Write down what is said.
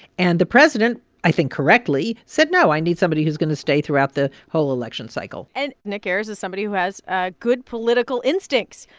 and the president i think correctly said, no, i need somebody who's going to stay throughout the whole election cycle and nick ayers is somebody who has ah good political instincts,